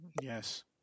Yes